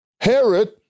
Herod